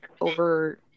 over